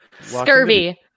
scurvy